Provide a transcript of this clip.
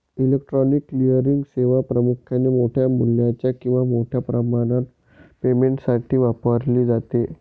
electronic clearing सेवा प्रामुख्याने मोठ्या मूल्याच्या किंवा मोठ्या प्रमाणात पेमेंटसाठी वापरली जाते